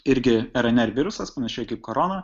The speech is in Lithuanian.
irgi rnr virusas panašiai kaip korona